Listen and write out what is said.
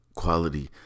quality